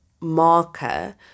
marker